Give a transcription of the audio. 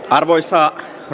arvoisa